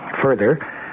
further